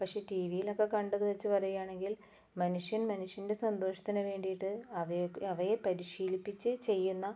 പക്ഷേ ടി വിയിൽ ഒക്കെ കണ്ടത് വെച്ച് പറയുവാണെങ്കിൽ മനുഷ്യൻ മനുഷ്യൻ്റെ സന്തോഷത്തിന് വേണ്ടിയിട്ട് അവയെ അവയെ പരിശീലിപ്പിച്ച് ചെയ്യുന്ന